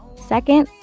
second,